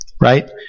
Right